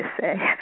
say